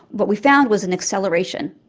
what we found was an acceleration,